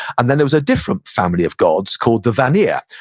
and then, there was a different family of gods called the vanir.